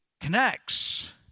connects